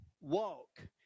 walk